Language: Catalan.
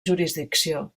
jurisdicció